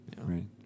Right